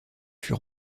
fut